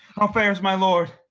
how fares my lord?